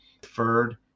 deferred